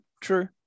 true